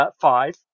five